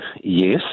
Yes